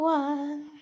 one